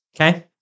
okay